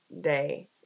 day